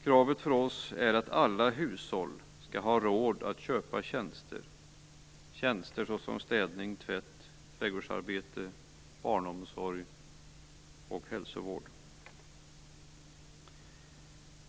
Kravet för oss är att alla hushåll skall ha råd att köpa tjänster såsom städning, tvätt, trädgårdsarbete, barnomsorg och hälsovård.